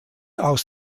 aus